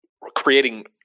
creating